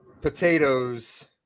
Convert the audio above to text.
potatoes